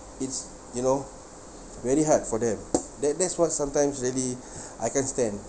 it's you know very hard for that then next one sometimes really I can't stand